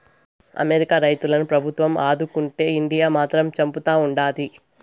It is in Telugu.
అమెరికా రైతులను ప్రభుత్వం ఆదుకుంటే ఇండియా మాత్రం చంపుతా ఉండాది